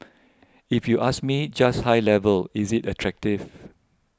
if you ask me just high level is it attractive